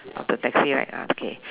of the taxi right ah okay